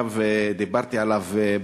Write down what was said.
דיברתי עליו עכשיו,